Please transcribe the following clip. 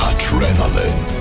Adrenaline